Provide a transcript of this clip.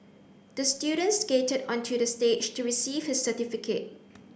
the student skated onto the stage to receive his certificate